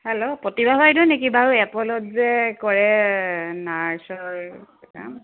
hello Pratibha বাইদেউ নেকি বাৰু এপল'ত যে কৰে নাৰ্ছৰ কাম